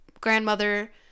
grandmother